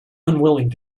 unwilling